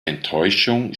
enttäuschung